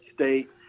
state